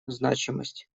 значимость